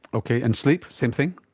okay, and sleep? same thing?